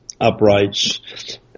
uprights